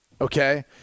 okay